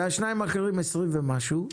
והשניים האחרים 20% ומשהו,